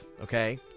Okay